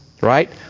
right